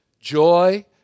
joy